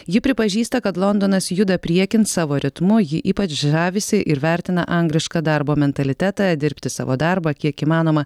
ji pripažįsta kad londonas juda priekin savo ritmu ji ypač žavisi ir vertina anglišką darbo mentalitetą dirbti savo darbą kiek įmanoma